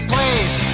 Please